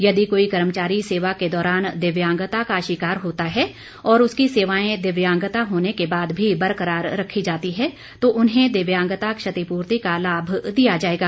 यदि कोई कर्मचारी सेवा के दौरान दिव्यांगता का शिकार होता है और उसकी सेवाएं दिव्यांगता होने के बाद भी बरकरार रखी जाती है तो उन्हें दिव्यांगता क्षति पूर्ति का लाभ दिया जाएगा